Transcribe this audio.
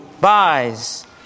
buys